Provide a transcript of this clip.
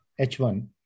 H1